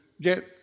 get